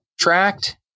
tracked